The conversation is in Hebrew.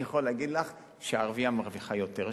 אבל אני יכול להגיד לך שערבייה מרוויחה יותר שם,